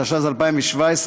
התשע"ז 2017,